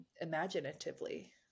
imaginatively